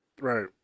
right